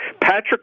Patrick